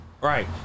Right